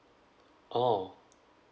oh